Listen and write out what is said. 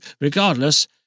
Regardless